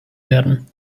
werden